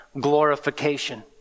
glorification